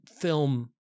film